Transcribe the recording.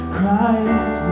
Christ